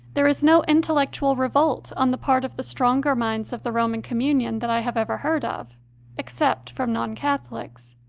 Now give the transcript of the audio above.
there is no intellectual revolt on the part of the stronger minds of the roman communion that i have ever heard of except from non-catholics.